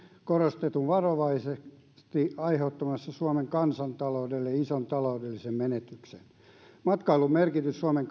korostetun varovaisesti on aiheuttamassa suomen kansantaloudelle ison taloudellisen menetyksen vuonna kaksituhattakahdeksantoista matkailun merkitys suomen